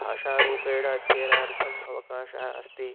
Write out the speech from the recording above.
भाषारूपेण अध्ययनार्थम् अवकाशः अस्ति